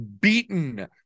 beaten